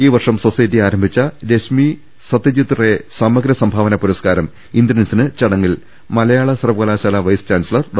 ഈ വർഷം സൊസൈറ്റി ആരംഭിച്ച രശ്മി സത്യജിത്റേ സമഗ്ര സംഭാവന പുരസ്കാരം ഇന്ദ്രൻസിന് ചടങ്ങിൽ മലയാള സർവകലാശാലാ വൈസ് ചാൻസലർ ഡോ